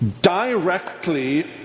directly